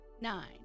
nine